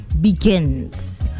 begins